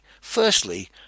Firstly